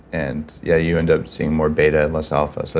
and yeah you end up seeing more beta and less alpha. so